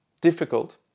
difficult